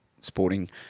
sporting